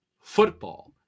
football